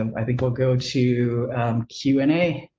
um i think we'll go to q and a.